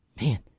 Man